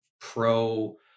pro